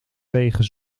wegen